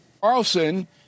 Carlson